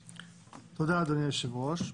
תודה, אדוני היושב-ראש.